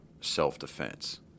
self-defense